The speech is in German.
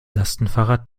lastenfahrrad